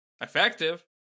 effective